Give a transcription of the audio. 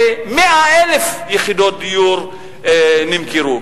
ש-100,000 יחידות דיור נמכרו.